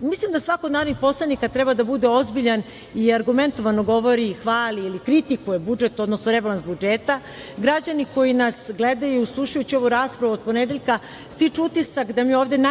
Mislim da svako od narodnih poslanika treba da bude ozbiljan i argumentovano govori, hvali ili kritikuje budžet, odnosno rebalans budžeta. Građani koji nas gledaju, slušajući ovu raspravu od ponedeljka stiču utisak da mi ovde najviše